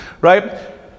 right